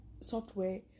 software